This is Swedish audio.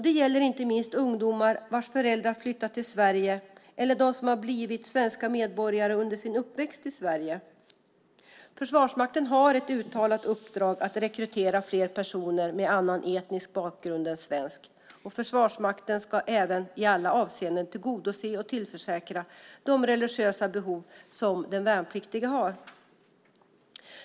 Det gäller inte minst ungdomar vars föräldrar har flyttat till Sverige eller dem som har blivit svenska medborgare under sin uppväxt i Sverige. Försvarsmakten har ett uttalat uppdrag att rekrytera fler personer med annan etnisk bakgrund än svensk. Försvarsmakten ska även i alla avseenden tillgodose och tillförsäkra de religiösa behov som den värnpliktige har.